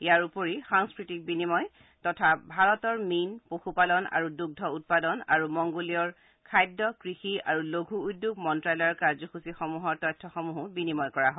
ইয়াৰ উপৰি সাংস্থতিক বিনিময় তথা ভাৰতৰ মীন পশুপালন আৰু দৃঙ্ধ উৎপাদন আৰু মংগোলিয়ৰ খাদ্য কৃষি আৰু লঘু উদ্যোগ মন্তালয়ৰ কাৰ্যসূচীসমূহৰ তথ্যসমূহো বিনিময় কৰা হয়